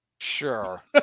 Sure